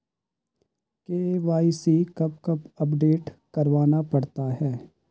KYC कब कब update करवाना पड़ता है?